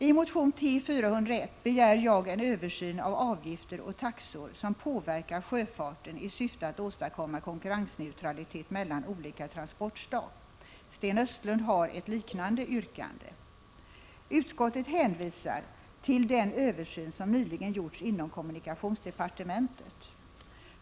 I motion T401 begär jag en översyn av avgifter och taxor som påverkar sjöfarten, i syfte att åstadkomma konkurrensneutralitet mellan olika transportslag. Sten Östlund har fört fram ett liknande yrkande. Utskottet hänvisar till den översyn som nyligen gjorts inom kommunikationsdepartementet.